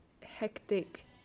hectic